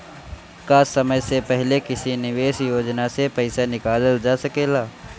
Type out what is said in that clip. का समय से पहले किसी निवेश योजना से र्पइसा निकालल जा सकेला?